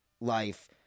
life